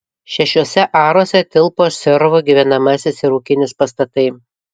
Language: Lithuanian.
šešiuose aruose tilpo servų gyvenamasis ir ūkinis pastatai